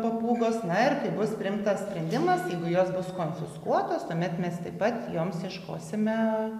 papūgos na ir kai bus priimtas sprendimas jeigu jos bus konfiskuotos tuomet mes taip pat joms ieškosime